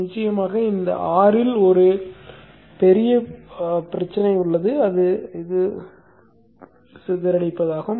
நிச்சயமாக இந்த R இல் ஒரு பெரிய பிரச்சனை உள்ளது அது சிதறடிக்கும்